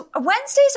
Wednesdays